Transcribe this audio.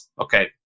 Okay